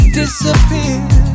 disappear